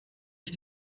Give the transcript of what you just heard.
ich